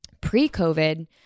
Pre-COVID